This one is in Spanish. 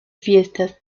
fiestas